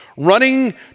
running